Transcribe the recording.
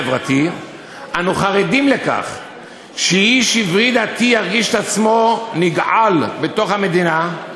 אנו חרדים לכך שאיש עברי דתי ירגיש עצמו נגאל בתוך המדינה,